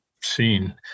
seen